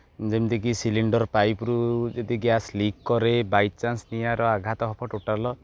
ଯେମିତିକି ସିଲିଣ୍ଡର୍ ପାଇପ୍ରୁୁ ଯଦି ଗ୍ୟାସ୍ ଲିକ୍ କରେ ବାଇ ଚାନ୍ସ ନିଆଁର ଆଘାତ ହେବ ଟୋଟାଲ୍